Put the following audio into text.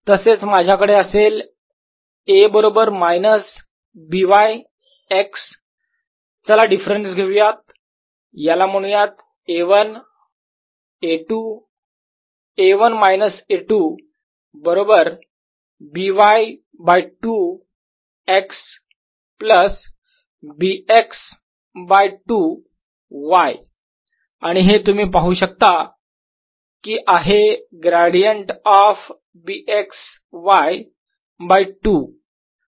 तसेच माझ्याकडे असेल A बरोबर मायनस B y x चला डिफरन्स घेऊयात याला म्हणूयात A 1 A 2 A 1 minus A 2 बरोबर B y by 2 x plus B x by 2 y आणि हे तुम्ही पाहू शकता कि आहे gradient of B x y by 2